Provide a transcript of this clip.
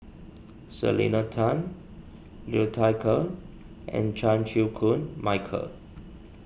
Selena Tan Liu Thai Ker and Chan Chew Koon Michael